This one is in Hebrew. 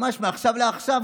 ממש מעכשיו לעכשיו,